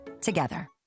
together